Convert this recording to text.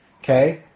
okay